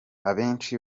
abenshi